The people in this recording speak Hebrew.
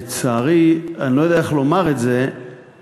לצערי אני לא יודע איך לומר את זה כדי